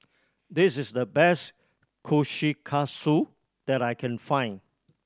this is the best Kushikatsu that I can find